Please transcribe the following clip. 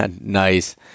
Nice